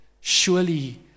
Surely